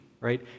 right